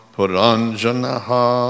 Puranjanaha